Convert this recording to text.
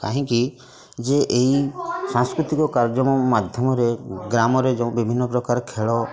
କାହିଁକି ଯେ ଏହି ସାଂସ୍କୃତିକ କାର୍ଯ୍ୟକ୍ରମ ମାଧ୍ୟମରେ ଗ୍ରାମରେ ଯେଉଁ ବିଭିନ୍ନ ପ୍ରକାର ଖେଳ